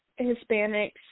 Hispanics